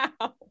Wow